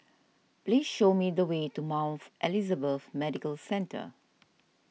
please show me the way to Mount Elizabeth Medical Centre